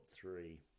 three